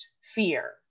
fear